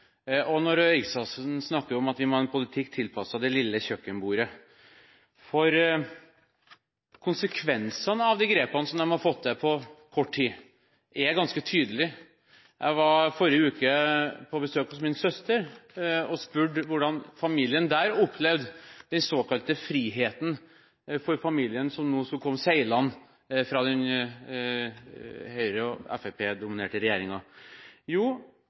og når Røe Isaksen snakker om at vi må ha en politikk tilpasset det lille kjøkkenbordet, for konsekvensene av de grepene de har fått til på kort tid, er ganske tydelige. Jeg var i forrige uke på besøk hos min søster og spurte hvordan hennes familie opplevde den såkalte friheten for familien som nå skulle komme seilende fra Høyre–Fremskrittsparti-regjeringen. De fikk en datter fire timer inn i 1. september. De ble veldig glade da den